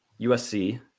USC